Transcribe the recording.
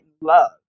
love